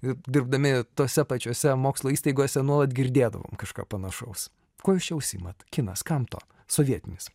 ir dirbdami tose pačiose mokslo įstaigose nuolat girdėdavom kažką panašaus kuo jūs čia užsiimat kinas kam to sovietinis